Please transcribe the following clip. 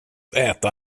äta